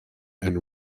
and